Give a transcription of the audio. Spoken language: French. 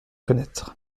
connaître